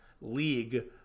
league